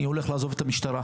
אני הולך לעזוב את המשטרה".